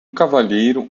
cavalheiro